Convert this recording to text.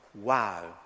wow